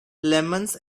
lemons